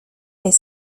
est